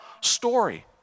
story